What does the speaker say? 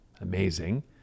amazing